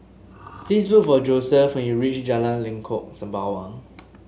please look for Joseph when you reach Jalan Lengkok Sembawang